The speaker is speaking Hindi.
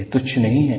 यह तुच्छ नहीं है